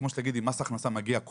מקרים חריגים.